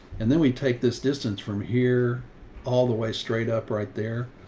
and then we take this distance from here all the way straight up right there.